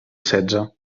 setze